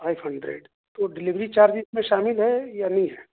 five hundred تو delivery charge اِس میں شامل ہے یا نہیں ہے